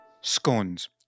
Scones